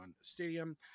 stadium